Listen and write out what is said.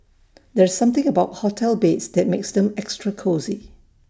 there's something about hotel beds that makes them extra cosy